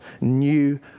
new